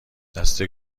دسته